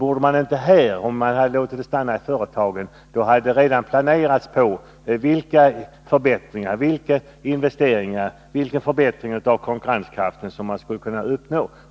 Om pengarnai stället får stanna i företagen, kan dessa planera vilka investeringar som skall göras och vilka förbättringar i konkurrenshänseende som kan uppnås.